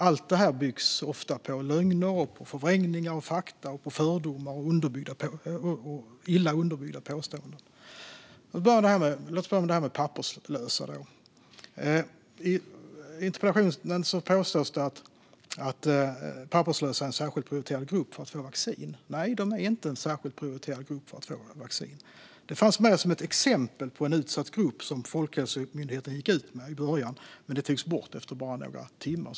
Allt detta bygger ofta på lögner, förvrängningar av fakta, fördomar och illa underbyggda påståenden. Jag ska börja med de papperslösa. I interpellationen påstås det att papperslösa är en särskilt prioriterad grupp för att få vaccin. Nej, det är de inte. De fanns med som ett exempel på en utsatt grupp i det som Folkhälsomyndigheten gick ut med i början. Men det togs bort efter bara några timmar.